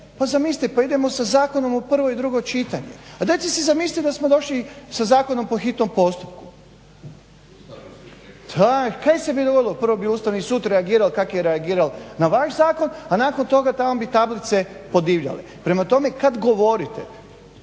pa zamislite pa idemo sa zakonom u prvo i drugo čitanje. A dajte si zamislite da smo došli sa zakonom po hitno postupku. Kaj se bi dogodilo, prvo bi Ustavni sud reagirao kak je reagiral na vaš zakon, a nakon toga tamo bi tablice podivljale. Prema tome, kad govorite